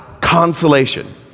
consolation